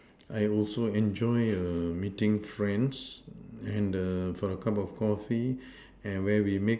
I also enjoy meeting friends and for a cup of Coffee and where we meet